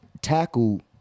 tackle